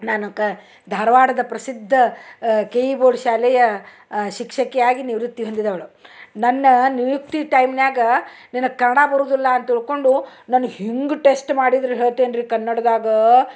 ನಾನು ಅಂಕ ಧಾರವಾಡದ ಪ್ರಸಿದ್ಧ ಕೆ ಇ ಬೋರ್ಡ್ ಶಾಲೆಯ ಶಿಕ್ಷಕಿಯಾಗಿ ನಿವೃತ್ತಿ ಹೊಂದಿದವಳು ನನ್ನ ನಿಯುಕ್ತಿ ಟೈಮ್ನಾಗ ನಿನಗೆ ಕನ್ನಡ ಬರೋದಿಲ್ಲ ಅಂತ ತಿಳ್ಕೊಂಡು ನನ್ನ ಹಿಂಗೆ ಟೆಸ್ಟ್ ಮಾಡಿದ್ರು ಹೇಳ್ತೇನೆ ರೀ ಕನ್ನಡ್ದಾಗೆ